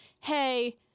hey